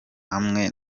hamwe